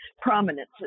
prominence